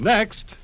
Next